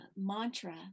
mantra